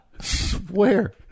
Swear